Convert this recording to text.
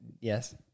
Yes